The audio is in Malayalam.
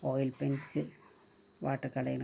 oil paints water കളേണക്ക